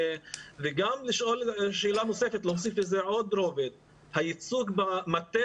אני רוצה להוסיף עוד רובד: הייצוג במטה